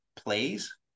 plays